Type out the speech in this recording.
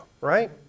right